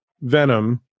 Venom